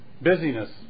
Busyness